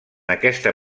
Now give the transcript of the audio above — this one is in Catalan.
aquesta